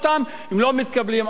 הם לא מתקבלים על הדעת.